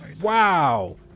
Wow